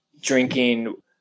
drinking